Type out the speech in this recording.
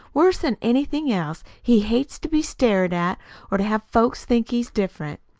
worse'n anything else, he hates to be stared at or to have folks think he's different.